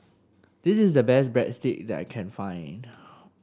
this is the best Breadstick that I can find